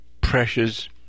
pressures